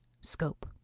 Scope